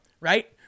right